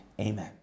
amen